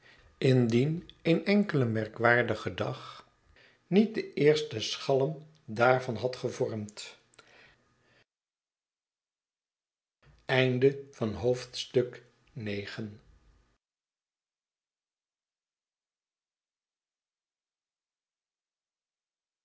indien een enkele merkwaardige dag niet den eersten schalm daarvan had gevormd x